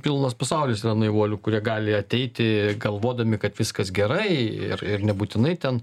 pilnas pasaulis naivuolių kurie gali ateiti galvodami kad viskas gerai ir ir nebūtinai ten